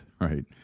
right